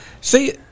See –